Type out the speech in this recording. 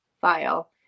file